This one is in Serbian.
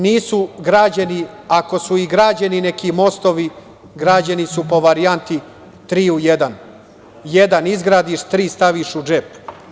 Nisu građeni, ako su i građeni neki mostovi, građeni su po varijanti „3 u 1“ jedan izgradiš, tri staviš u džep.